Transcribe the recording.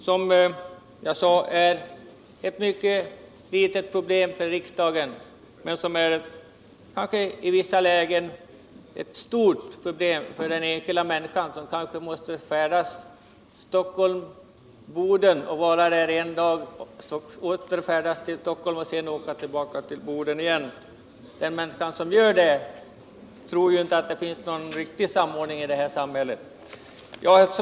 Som jag sade tidigare är detta ett mycket litet problem för riksdagen, men i vissa lägen kan det vara ett mycket stort problem för den enskilda människan, som kanske måste färdas sträckan Stockholm-Boden och vara där en dag för att då åter färdas till Stockholm och sedan tillbaka till Boden igen. Den människan som tvingas göra det kan ju inte tro att det finns någon riktig samordning i det här samhället.